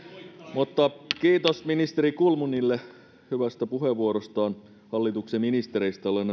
mutta kiitos ministeri kulmunille hyvästä puheenvuorosta hallituksen ministereistä olen